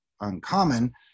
uncommon